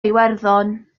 iwerddon